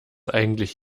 eigentlich